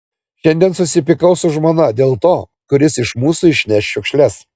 šiandien susipykau su žmona dėl to kuris iš mūsų išneš šiukšles